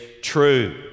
true